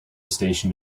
station